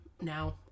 Now